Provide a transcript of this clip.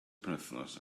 penwythnos